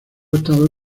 estado